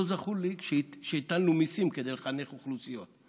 לא זכור לי שהטלנו מיסים כדי לחנך אוכלוסיות.